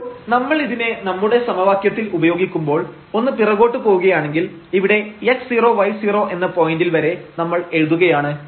അപ്പോൾ നമ്മൾ ഇതിനെ നമ്മുടെ സമവാക്യത്തിൽ ഉപയോഗിക്കുമ്പോൾ ഒന്ന് പിറകോട്ട് പോവുകയാണെങ്കിൽ ഇവിടെ വരെ x0y0 എന്ന പോയന്റിൽ വരെ നമ്മൾ എഴുതുകയാണ്